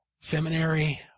seminary